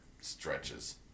stretches